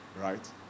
right